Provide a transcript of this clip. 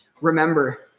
remember